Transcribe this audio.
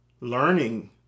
learning